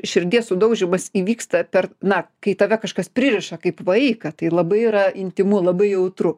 širdies sudaužymas įvyksta per na kai tave kažkas pririša kaip vaiką tai labai yra intymu labai jautru